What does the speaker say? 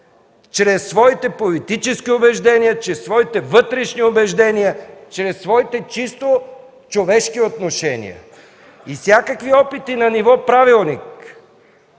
чрез своите политически убеждения, чрез своите вътрешни убеждения, чрез своите чисто човешки отношения. Всякакви опити на ниво правилник